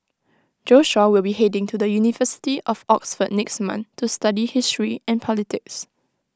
Joshua will be heading to the university of Oxford next month to study history and politics